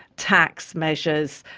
tax measures,